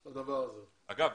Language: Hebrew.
אגב,